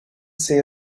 see